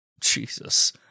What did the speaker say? Jesus